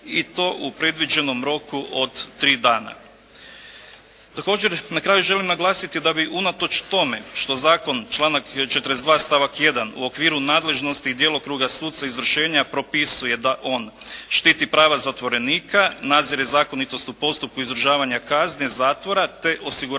i to u predviđenom roku od tri dana. Također, na kraju želim naglasiti da bi unatoč tome što zakon članak 42. stavak 1. u okviru nadležnosti djelokruga suca izvršenja propisuje da on štiti prava zatvorenika, nadzire zakonitost u postupku izdržavanja kazne zatvora te osigurava